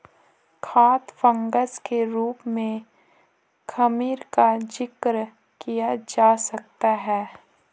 खाद्य फंगस के रूप में खमीर का जिक्र किया जा सकता है